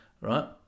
right